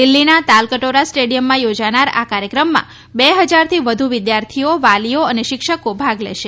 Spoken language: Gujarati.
દિલ્ફીના તલકટોરા સ્ટેડિયમમાં યોજાનાર આ કાર્યક્રમમાં બે ફજારથી વધુ વિદ્યાર્થીઓ વાલીઓ અને શિક્ષકો ભાગ લેશે